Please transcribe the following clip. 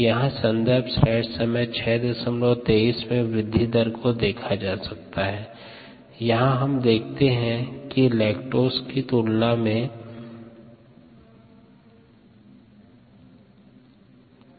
यहाँ सन्दर्भ स्लाइड 0623 में वृद्धि दर को देखा जा सकता है यहाँ हम देखते है कि लैक्टोज की तुलना में यहां ग्लूकोज पर वृद्धि दर अधिक होगा